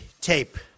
tape